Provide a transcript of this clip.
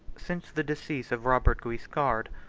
since the decease of robert guiscard,